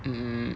mm